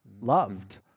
loved